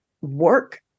work